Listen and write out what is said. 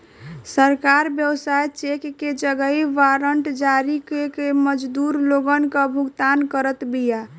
सरकार व्यवसाय चेक के जगही वारंट जारी कअ के मजदूर लोगन कअ भुगतान करत बिया